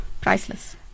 Priceless